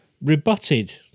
rebutted